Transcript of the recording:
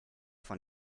von